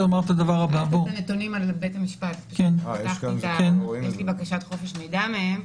יש לי בקשת חופש מידע מהם: